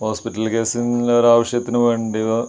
hospital കേസിനുള്ള ഒരു ആവശ്യത്തിന് വേണ്ടിയ